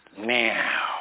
Now